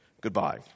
goodbye